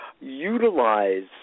utilize